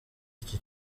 iki